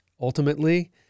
ultimately